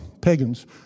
pagans